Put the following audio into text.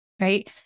right